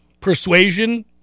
persuasion